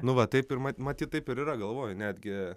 nu va taip ir mat matyt taip ir yra galvoju netgi